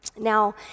Now